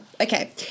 okay